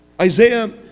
Isaiah